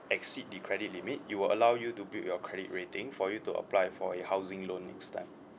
exceed the credit limit it will allow you to build your credit rating for you to apply for a housing loan next time